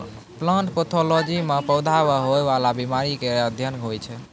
plant pathology म पौधा क होय वाला बीमारी केरो अध्ययन होय छै